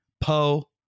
Poe